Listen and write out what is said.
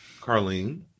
Carlene